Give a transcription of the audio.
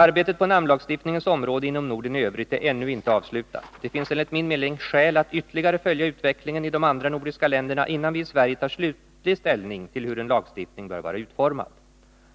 Arbetet på namnlagstiftningens område inom Norden i övrigt är ännu inte avslutat. Det finns enligt min mening skäl att ytterligare följa utvecklingen i de andra nordiska länderna, innan vi i Sverige tar slutlig ställning till hur en lagstiftning bör vara utformad.